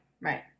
right